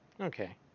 Okay